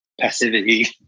passivity